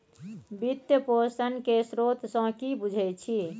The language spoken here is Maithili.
वित्त पोषण केर स्रोत सँ कि बुझै छी